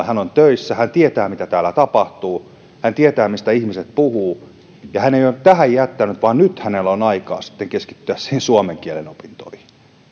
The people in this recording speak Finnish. hän on töissä hän tietää mitä täällä tapahtuu hän tietää mistä ihmiset puhuvat ja hän ei ole tähän jättänyt vaan nyt hänellä on aikaa keskittyä niihin suomen kielen opintoihin